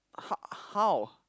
h~ how